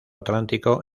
atlántico